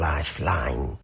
Lifeline